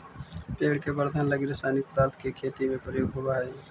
पेड़ के वर्धन लगी रसायनिक पदार्थ के खेती में प्रयोग होवऽ हई